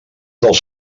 dels